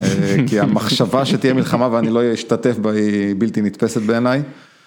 כי המחשבה שתהיה מלחמה ואני לא אשתתף בה היא בלתי נתפסת בעיניי.